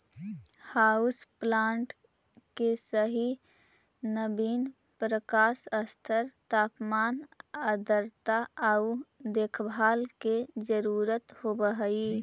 house plant के सही नवीन प्रकाश स्तर तापमान आर्द्रता आउ देखभाल के जरूरत होब हई